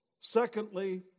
Secondly